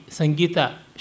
Sangita